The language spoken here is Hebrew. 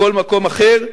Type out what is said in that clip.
בכל מקום אחר.